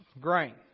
grain